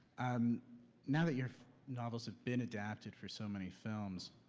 um now that your novels have been adapted for so many films,